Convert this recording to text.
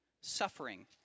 suffering